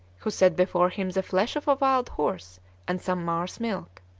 who set before him the flesh of a wild horse and some mare's milk.